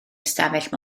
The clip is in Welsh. ystafell